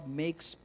makes